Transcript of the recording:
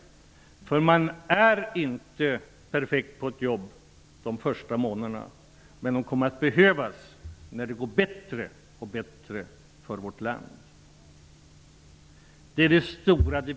De anställda är inte perfekta på jobben de första månaderna, men de kommer att behövas när det går bättre för vårt land. Detta är det viktigaste.